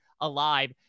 alive